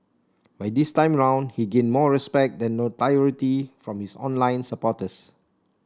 but this time round he gained more respect than notoriety from his online supporters